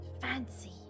Fancy